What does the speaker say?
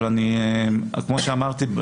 אבל כמו שאמרתי,